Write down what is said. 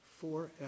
forever